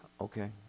okay